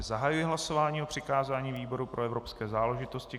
Zahajuji hlasování o přikázání výboru pro evropské záležitosti.